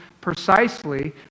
precisely